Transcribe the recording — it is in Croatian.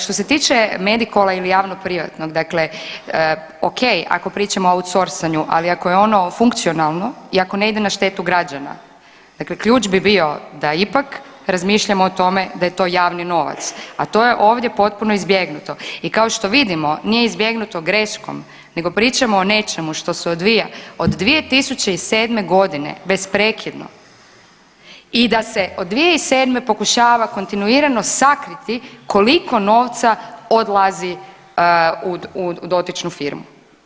Što se tiče Medikola ili javnoprivatnog dakle ok ako pričamo o autsorsanju, ali ako je ono funkcionalno i ako ne ide na štetu građana dakle ključ bi bio da ipak razmišljamo o tome da je to javni novac, a to je ovdje potpuno izbjegnuto i kao što vidimo nije izbjegnuto greškom nego pričamo o nečemu što se odvija od 2007.g. besprekidno i da se od 2007. pokušava kontinuirano sakriti kliko novca odlazi u dotičnu firmu.